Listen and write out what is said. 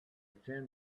thin